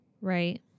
right